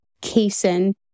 casein